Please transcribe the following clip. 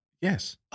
Yes